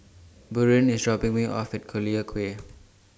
Buren IS dropping Me off At Collyer Quay